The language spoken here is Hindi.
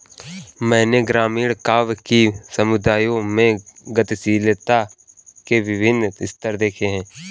मैंने ग्रामीण काव्य कि समुदायों में गतिशीलता के विभिन्न स्तर देखे हैं